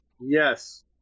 Yes